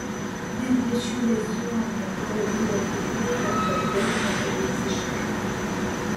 net bičiuliai suomiai jau buvo tikri kad baudos nepavyks išvengti